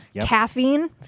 Caffeine